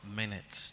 minutes